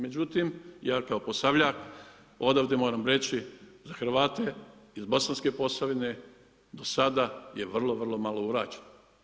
Međutim, ja kao Posavljak odavde moram reći za Hrvate iz Bosanske Posavine do sada je vrlo, vrlo malo urađeno.